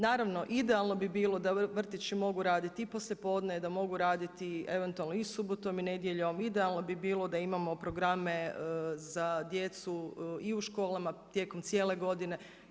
Naravno idealno bi bilo da vrtići mogu raditi i poslijepodne, da mogu raditi eventualno i subotom i nedjeljom, idealno bi bilo da imamo programe za djecu i u školama tijekom cijele godine.